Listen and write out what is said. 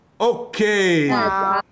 okay